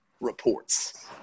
reports